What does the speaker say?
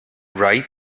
write